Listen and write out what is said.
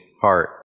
heart